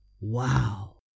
Wow